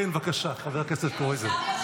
כן, בבקשה, חבר הכנסת קרויזר.